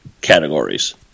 categories